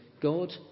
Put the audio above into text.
God